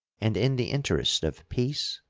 and in the interest of peace,